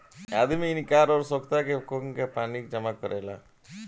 आदमी इनार अउर सोख्ता खोन के पानी जमा करेला